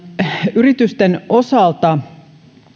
yritysten osalta